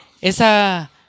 esa